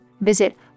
Visit